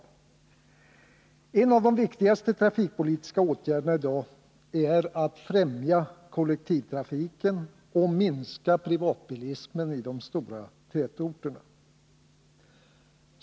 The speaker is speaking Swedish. En av de viktigaste trafikpolitiska åtgärderna i dag är att främja kollektivtrafiken och att minska privatbilismen i de stora tätorterna.